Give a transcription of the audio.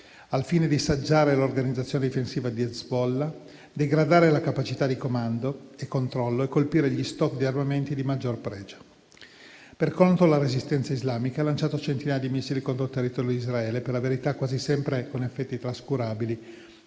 al fine di saggiare l'organizzazione difensiva di Hezbollah, degradare la capacità di comando e controllo e colpire gli *stock* di armamenti di maggior pregio. Per contro, la resistenza islamica ha lanciato centinaia di missili contro il territorio di Israele, per la verità, quasi sempre con effetti trascurabili